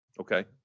Okay